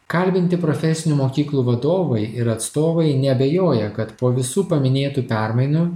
kalbinti profesinių mokyklų vadovai ir atstovai neabejoja kad po visų paminėtų permainų